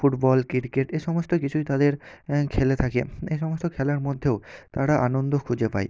football cricket এ সমস্ত কিছুই তাদের খেলে থাকে এই সমস্ত খেলার মধ্যেও তারা আনন্দ খুঁজে পায়